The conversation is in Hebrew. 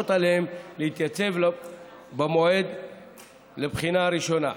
עליהם להתייצב במועד לבחינה הראשונה.